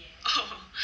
oh